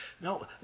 No